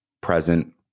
present